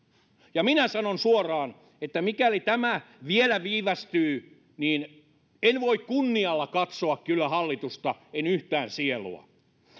ja minä sanon suoraan että mikäli tämä vielä viivästyy niin en voi kunnialla katsoa kyllä hallitusta en yhtään sielua